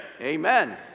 Amen